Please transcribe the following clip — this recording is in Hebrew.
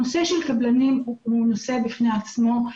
נושא הקבלנים הוא נושא בפני עצמו.